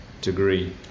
degree